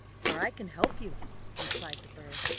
for i can help you replied the bird.